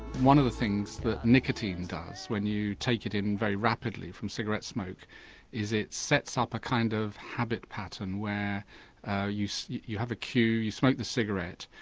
one of the things that nicotine does when you take it in very rapidly from cigarette smoke is it sets up a kind of habit pattern where ah you so you have a cue, you smoke the cigarette,